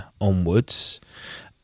onwards